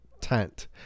tent